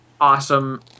awesome